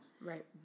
Right